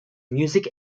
music